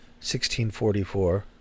1644